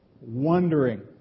wondering